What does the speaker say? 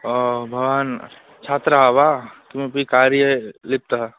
ओ भवान् छात्रः वा किमपि कार्यलिप्तः